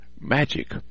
magic